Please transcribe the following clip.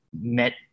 met